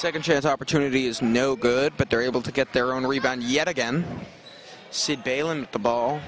second chance opportunity is no good but they're able to get their own rebound yet again said baylen the ball